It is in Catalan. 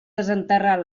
desenterrar